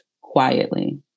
quietly